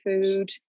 food